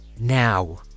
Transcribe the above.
now